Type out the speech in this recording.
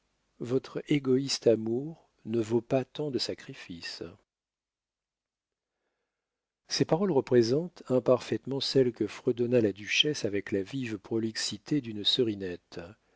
votre égoïste amour ne vaut pas tant de sacrifices ces paroles représentent imparfaitement celles que fredonna la duchesse avec la vive prolixité d'une serinette